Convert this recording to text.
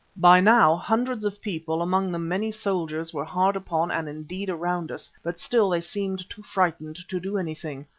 by now hundreds of people, among them many soldiers were hard upon and indeed around us, but still they seemed too frightened to do anything.